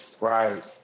Right